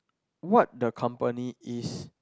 what the company is